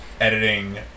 editing